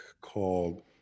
called